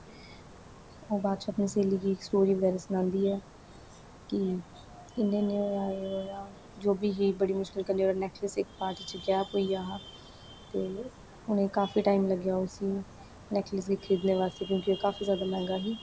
ओह् बाद च अपनी स्हेली गी स्टोरी बगैरा सनांदी ऐ कि इ'यां इ'यां होया एह् होया जो बी ओह्दा नेकलेस इक पार्टी च गैब होई गेआ हा ते उ'नें गी काफी टैम लग्गेआ उसी नेकलेस गी खरीदने बास्तै गी क्योंकि ओह् काफी जादा मैहंगा ही